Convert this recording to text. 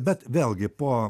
bet vėlgi po